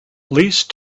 least